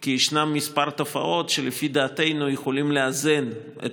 כי יש כמה תופעות שלפי דעתנו יכולות לאזן את